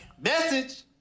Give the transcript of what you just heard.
Message